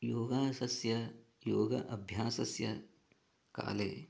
योगासनस्य योगाभ्यासस्य काले